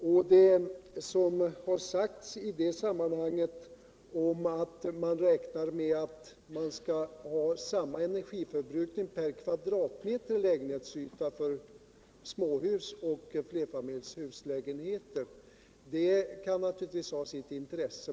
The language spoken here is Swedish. Och det som har sagts om att man räknar med att ha samma energiförbrukning per kvadratmeter lägenhetsvta för småhus som för flerfamiljshuslägenheter kan naturligtvis ha sitt intresse.